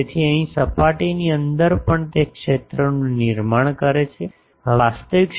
તેથી અહીં સપાટીની અંદર પણ તે ક્ષેત્રનું નિર્માણ કરે છે બહાર તે ક્ષેત્રનું ઉત્પાદન પણ કરે છે